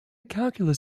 calculus